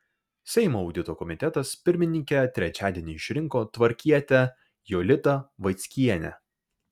seimo audito komitetas pirmininke trečiadienį išsirinko tvarkietę jolitą vaickienę